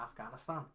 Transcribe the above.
Afghanistan